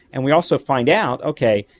and we also find out, okay,